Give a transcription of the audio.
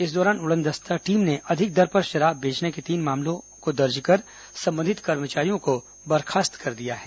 इस दौरान उड़नदस्ता टीम ने अधिक दर पर शराब बेचने के तीन मामलों दर्ज कर संबंधित कर्मचारियों को बर्खास्त कर दिया है